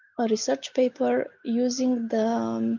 a research paper using the